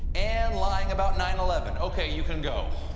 and lying about nine eleven. okay, you can go.